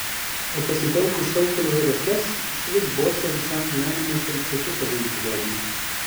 o pasitelkus šaltkalvio reples išvis bosą visam gyvenimui falcetu padaryti galima